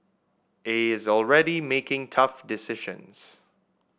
he is already making tough decisions